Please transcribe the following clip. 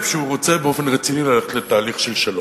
שהוא רוצה באופן רציני ללכת לתהליך של שלום.